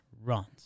runs